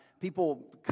people